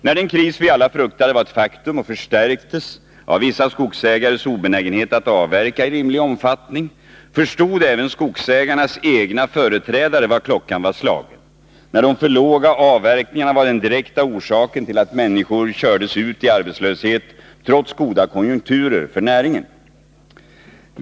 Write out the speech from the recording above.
När den kris som vi alla fruktade var ett faktum och förstärktes av vissa skogsägares obenägenhet att avverka i rimlig omfattning, förstod även skogsägarnas egna företrädare vad klockan var slagen, när de för låga avverkningarna var den direkta orsaken till att människor kördes ut i arbetslöshet trots goda konjunkturer för näringen.